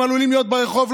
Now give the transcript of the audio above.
הם עלולים להיות ברחוב.